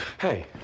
hey